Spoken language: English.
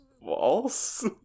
False